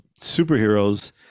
superheroes